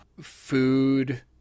food